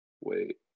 Wait